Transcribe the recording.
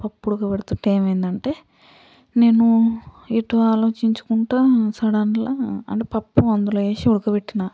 పప్పు ఉడకబెడుతుంటే ఏమైందంటే నేను ఎటో ఆలోచించుకుంటూ సడన్ల అంటే పప్పు అందులో వేసి ఉడకబెట్టినా